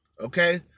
Okay